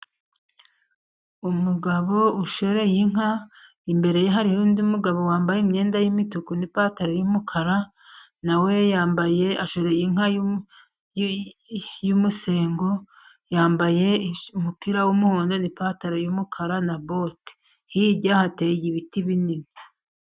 Umugabo ushoreye inka, imbere hari undi mugabo wambaye imyenda y'imituku n'ipantaro y'umukara, nawe yambaye ashoreye inka y'umusengo, yambaye umupira w'umuhondo n'ipantaro y'umukara na bote. Hirya hateye ibiti binini.